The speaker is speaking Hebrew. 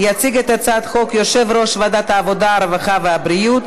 יציג את הצעת החוק יושב-ראש ועדת העבודה הרווחה והבריאות,